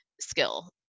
skill